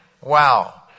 Wow